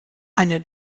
eine